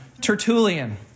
Tertullian